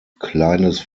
kleines